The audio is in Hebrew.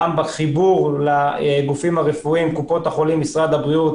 גם בחיבור לגופים הרפואיים קופות החולים ומשרד הבריאות